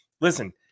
listen